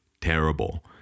terrible